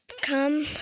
Come